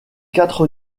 quatre